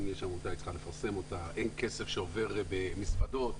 אין כסף שעובר במזוודות,